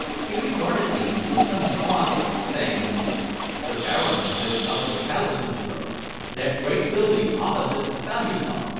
he regarded me with some surprise, saying the baron lives up at the palace, m'sieur that great building opposite the salutong.